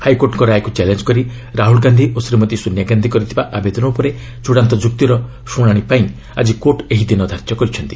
ହାଇକୋର୍ଟଙ୍କ ରାୟକ୍ର ଚ୍ୟାଲେଞ୍ଜ କରି ରାହ୍ରଲ ଗାନ୍ଧୀ ଓ ଶ୍ରୀମତୀ ସୋନିଆ ଗାନ୍ଧୀ କରିଥିବା ଆବେଦନ ଉପରେ ଚୂଡାନ୍ତ ଯୁକ୍ତିର ଶୁଣାଣି ପାଇଁ ଆଜି କୋର୍ଟ ଏହି ଦିନ ଧାର୍ଯ୍ୟ କରିଛନ୍ତି